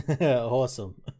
Awesome